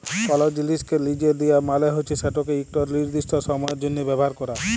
call জিলিসকে লিজে দিয়া মালে হছে সেটকে ইকট লিরদিস্ট সময়ের জ্যনহে ব্যাভার ক্যরা